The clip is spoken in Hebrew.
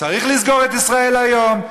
צריך לסגור את "ישראל היום",